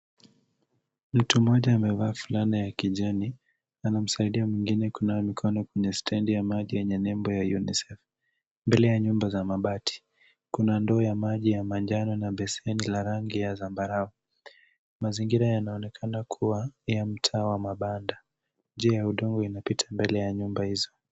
Mtu mmoja amevaa fulana ya kijani anamsaidia mwingine kunawa mikono kwenye stendi ya maji yenye nembo ya UNICEF. Mbele ya nyumba za mabati kuna ndoo ya manjano na beseni la rangi ya zambarau. Mazingira yanaonekana kuwa ya mtaa wa mabanda. Njia ya udongo inapita mbele ya nyumba hizo.